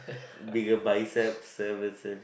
bigger biceps seven said